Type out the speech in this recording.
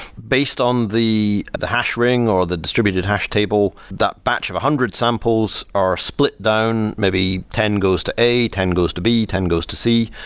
based on the the hash ring or the distributed hash table, that batch of a hundred samples are split down. maybe ten goes to a, ten goes to b, ten goes to c,